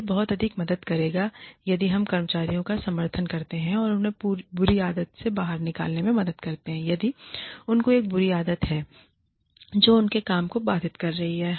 यह बहुत अधिक मदद करेगा यदि हम कर्मचारियों का समर्थन करते हैं और उन्हें बुरी आदत से बाहर निकालने में मदद करते हैं यदि उनको एक बुरी आदत है जो उनके काम को बाधित कर रही है